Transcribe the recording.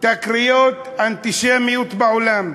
תקריות אנטישמיות בעולם,